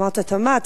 אמרת: תמ"ת,